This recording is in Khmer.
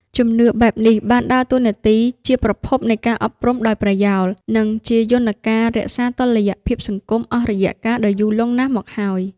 ជំនឿបែបនេះបានដើរតួនាទីជាប្រភពនៃការអប់រំដោយប្រយោល និងជាយន្តការរក្សាតុល្យភាពសង្គមអស់រយៈកាលដ៏យូរលង់ណាស់មកហើយ។